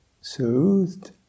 soothed